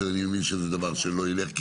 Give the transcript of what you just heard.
שאני מבין שזה דבר שלא ילך,